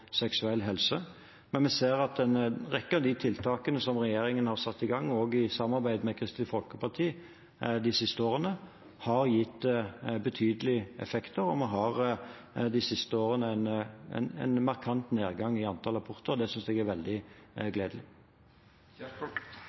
seksuell helse». Vi ser at en rekke av tiltakene regjeringen har satt i gang de siste årene, også i samarbeid med Kristelig Folkeparti, har gitt betydelige effekter, og de siste årene har det vært en markant nedgang i antall aborter. Det synes jeg er veldig gledelig.